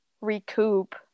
recoup